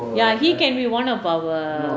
ya he can be one of our